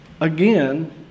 Again